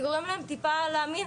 זה גורם להם טיפה להאמין